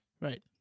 right